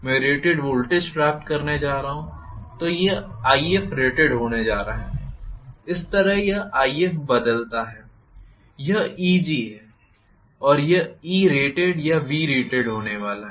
मैं rated voltage प्राप्त करने जा रहा हूं तो यह Ifrated होने जा रहा है इस तरह यह If बदलता है यह Eg है तो यह Erated या Vrated होने वाला है